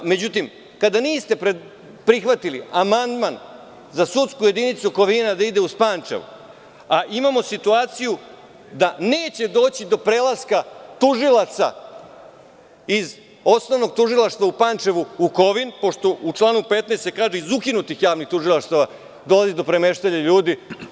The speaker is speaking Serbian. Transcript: Međutim, kada niste prihvatili amandman za sudsku jedinicu Kovina da ide uzPančevo, a imamo situaciju da neće doći do prelaska tužilaca iz osnovnog tužilaštva u Pančevu u Kovin, pošto u članu 15. se kaže – iz ukinutih javnih tužilaštava dolazi do premeštanja ljudi.